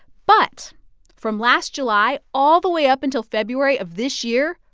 but from last july all the way up until february of this year,